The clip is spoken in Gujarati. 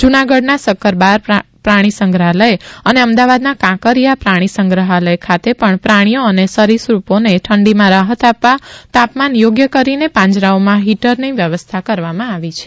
જૂનાગઢના સક્કરબાગ પ્રાણીસંગ્રહાલય અને અમદાવાદના કાંકરીયા પ્રાણીસંગ્રહાલય ખાતે પણ પ્રાણીઓ અને સરીસુપોને ઠંડીમાં રાહત આપવા તાપમાન યોગ્ય કરીને પાંજરાઓમાં ફીટરને વ્યવસ્થા કરવામાં આવી છે